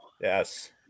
yes